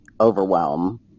overwhelm